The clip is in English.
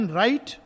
right